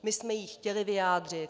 My jsme ji chtěli vyjádřit.